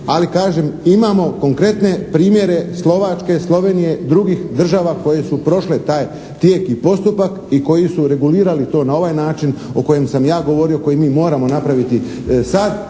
ali kažem imamo konkretne primjere Slovačke, Slovenije, drugih država koje su prošle taj tijek i postupak i koji su regulirali to na ovaj način o kojem sam ja govorio, koji mi moramo napraviti sad